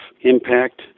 impact